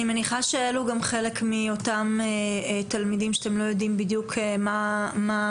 אני מניחה שאלו גם חלק מאותם תלמידים שאתם לא יודעים מה מצבם.